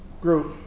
group